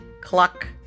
cluck